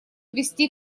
ввести